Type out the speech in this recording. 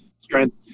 strength